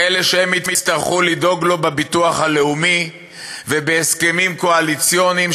כאלה שהם יצטרכו לדאוג להם בביטוח הלאומי ובהסכמים קואליציוניים,